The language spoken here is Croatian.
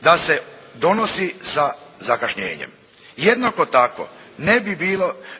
da se donosi sa zakašnjenjem. Jednako tako